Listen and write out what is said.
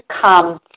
come